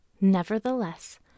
nevertheless